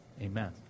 Amen